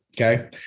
Okay